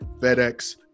FedEx